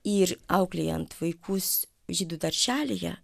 ir auklėjant vaikus žydų darželyje